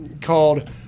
called